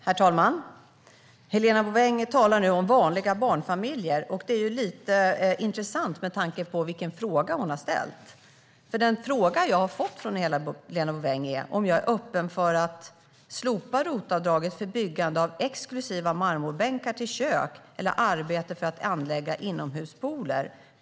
Herr talman! Helena Bouveng talar nu om vanliga barnfamiljer. Det är lite intressant med tanke på den fråga hon har ställt. Den fråga jag har fått från Helena Bouveng är om jag är öppen för att slopa ROT-avdraget för byggande av exklusiva marmorbänkar till kök eller arbete för att anlägga inomhuspooler.